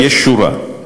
יש שורה.